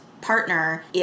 partner